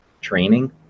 training